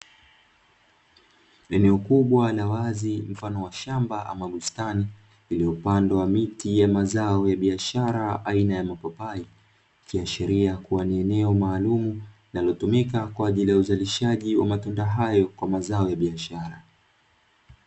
Eneo kubwa la wazi mfano wa shamba ama bustani, iliyopandwa miti ya mazao ya biashara aina ya mapapai ,ikiashiria kuwa ni eneo maalumu linalotumika kwa ajili ya uzalishaji wa mazao hayo kwa mazao ya biashara.